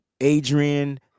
Adrian